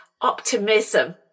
optimism